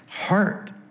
heart